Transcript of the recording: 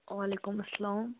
وعلیکُم السلام